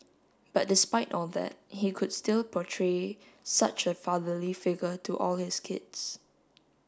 but despite all that he could still portray such a fatherly figure to all his kids